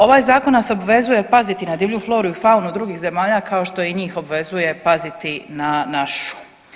Ovaj zakon nas obvezuje paziti na divlju floru i faunu drugih zemalja kao što i njih obvezuje paziti na našu.